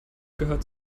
gehört